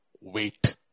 Wait